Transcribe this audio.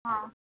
हां